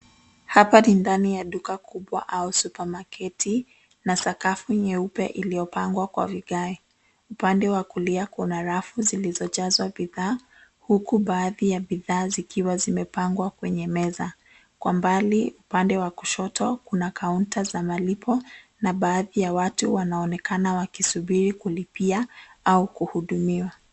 Hapa ni ndani ya duka kubwa au supermarket na sakafu nyeupe iliyopangwa kwa vigae. Upande wa kulia kuna rafu zilizojazwa bidhaa huku baadhi ya bidhaa zikiwa zimepangwa kwenye meza. Kwa mbali upande wa kushoto kuna kaunta za malipo na baadhi ya watu wanaonekana wakisubiri kulipia au kuhudumiwa.